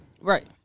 Right